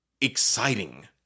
exciting